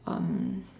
um